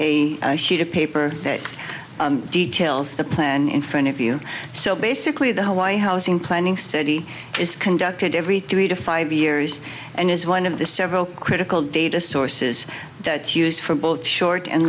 out a sheet of paper that details the plan in front of you so basically the hawaii housing planning study is conducted every three to five years and is one of the several critical data sources that's used for both short and